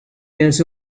years